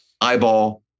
eyeball